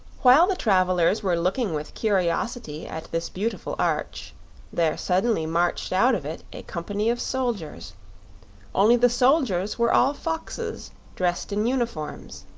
while the travelers were looking with curiosity at this beautiful arch there suddenly marched out of it a company of soldiers only the soldiers were all foxes dressed in uniforms.